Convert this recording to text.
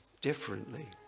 differently